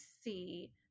see